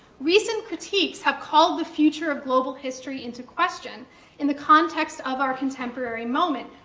recent critiques have called the future of global history into question in the context of our contemporary moment,